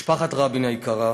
משפחת רבין היקרה,